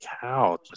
cow